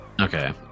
okay